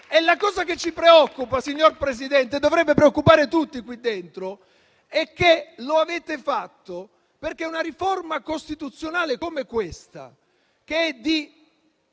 La cosa che ci preoccupa, signor Presidente, e che dovrebbe preoccupare tutti in quest'Aula è che lo avete fatto perché una riforma costituzionale come questa, che è su